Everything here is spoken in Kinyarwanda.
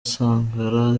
sankara